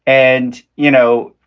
and, you know,